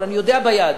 אבל אני יודע ביהדות: